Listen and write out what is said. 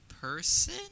person